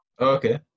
okay